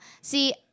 See